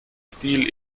stil